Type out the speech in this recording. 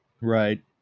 Right